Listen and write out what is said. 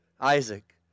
Isaac